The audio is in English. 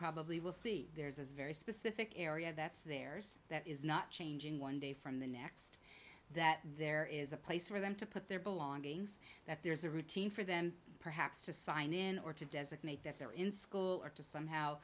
probably will see there's a very specific area that's theirs that is not changing one day from the next that there is a place for them to put their belongings that there is a routine for them perhaps to sign in or to designate that they're in school or to somehow